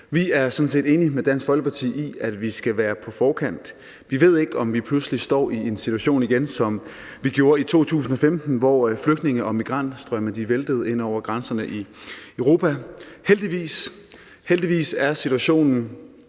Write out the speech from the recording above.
Vi er sådan set enige med Dansk Folkeparti i, at vi skal være på forkant. Vi ved ikke, om vi pludselig igen kommer til at stå i en situation, som vi gjorde i 2015, hvor flygtninge- og migrantstrømme væltede ind over grænserne i Europa. Heldigvis er situationen